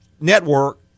network